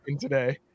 today